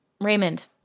Raymond